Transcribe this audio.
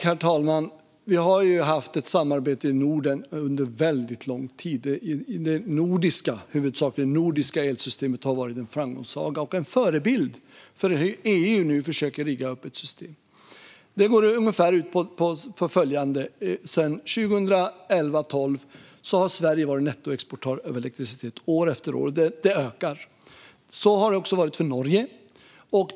Herr talman! Vi har ju haft ett samarbete i Norden under väldigt lång tid. Det nordiska - det är huvudsakligen nordiskt - elsystemet har varit en framgångssaga och en förebild för hur EU nu försöker rigga upp ett system. Det går ungefär ut på följande: Sedan 2011-2012 har Sverige varit nettoexportör av elektricitet år efter år, och nettoexporten ökar. Så har det också varit för Norge.